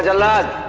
love